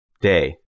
Day